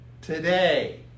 today